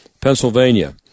pennsylvania